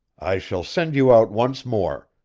i shall send you out once more,